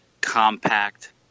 compact